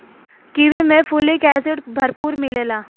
kiwi में folic acid भरपूर मिलेला